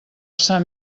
sant